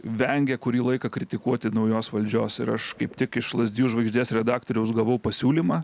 vengia kurį laiką kritikuoti naujos valdžios ir aš kaip tik iš lazdijų žvaigždės redaktoriaus gavau pasiūlymą